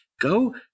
Go